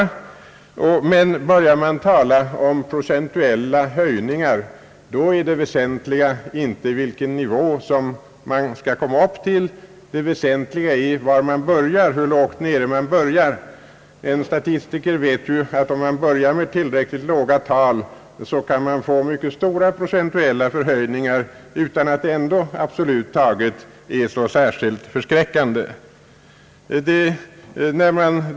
När man emellertid talar om procentuella höjningar kommer siffrorna att väsentligen influeras inte av den nivå som skall uppnås, utan av hur lågt man börjar. En statistiker vet ati om man börjar med tillräckligt låga tal går det lätt att få mycket stora procentuella höjningar utan att det absolut taget rör sig om så förskräckande stegringar.